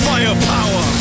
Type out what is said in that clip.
Firepower